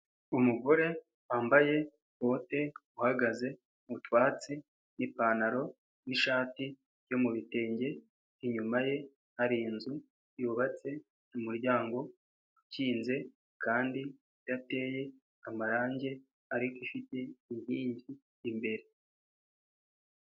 Umugore wambaye bote uhagaze mu twatsi n'ipantaro n'ishati byo mu bitenge, inyuma ye hari inzu yubatse umuryango ukinze kandi idateye amarangi ariko ifite inkingi imbere.